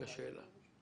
שאלה.